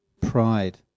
Pride